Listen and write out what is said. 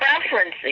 Preferences